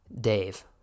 Dave